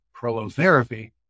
prolotherapy